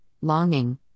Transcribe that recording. longing